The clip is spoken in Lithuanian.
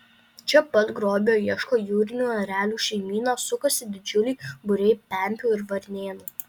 čia pat grobio ieško jūrinių erelių šeimyna sukasi didžiuliai būriai pempių ir varnėnų